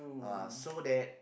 uh so that